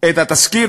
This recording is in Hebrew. את התסקיר,